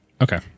Okay